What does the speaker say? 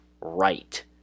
right